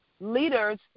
leaders